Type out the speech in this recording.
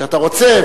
שאתה רוצה,